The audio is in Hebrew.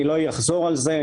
ואני לא אחזור על זה.